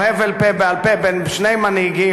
או הבל פה בעל-פה בין שני מנהיגים,